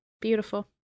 beautiful